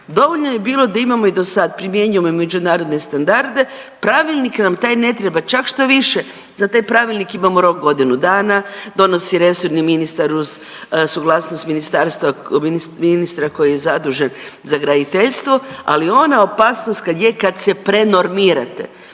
Dovoljno je bilo da imamo i dosad, primjenjujemo i međunarodne standarde, pravilnik nam taj ne treba, čak štoviše za taj pravilnik imamo rok godinu dana, donosi resorni ministar uz suglasnost ministarstva, ministra koji je zadužen za graditeljstvo, ali ona opasnost kad je kad se prenormirate.